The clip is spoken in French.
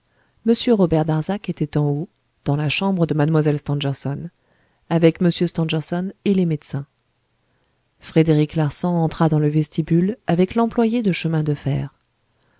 robert darzac était en haut dans la chambre de mlle stangerson avec m stangerson et les médecins frédéric larsan entra dans le vestibule avec l'employé de chemin de fer